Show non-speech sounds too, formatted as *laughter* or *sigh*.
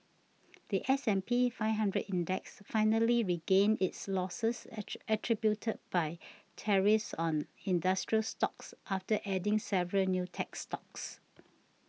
the S and P Five Hundred Index finally regained its losses *unintelligible* attributed by tariffs on industrial stocks after adding several new tech stocks